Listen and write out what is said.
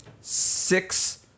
six